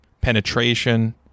penetration